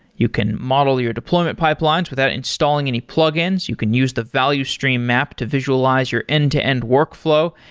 you can model your deployment pipelines without installing any plugins. you can use the value stream map to visualize your end-to-end workflow.